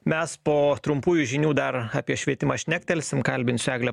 mes po trumpųjų žinių dar apie švietimą šnektelsim kalbinsiu eglę